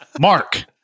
Mark